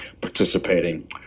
participating